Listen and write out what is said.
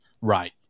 Right